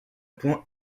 point